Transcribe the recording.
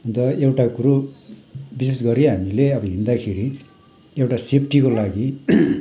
अन्त एउटा कुरो विशेष गरी हामीले अब हिँड्दाखेरि एउटा सेफ्टीको लागि